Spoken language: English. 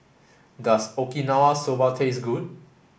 does Okinawa Soba taste good